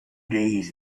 days